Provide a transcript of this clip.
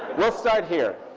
we'll start here.